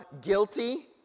guilty